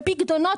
בפיקדונות.